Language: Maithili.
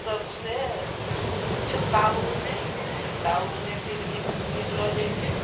सभसँ छूतकाहूमे छूतकाहूमे भी निपलो जाइत छै